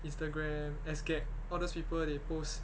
instagram sgag all those people they post